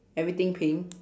everything pink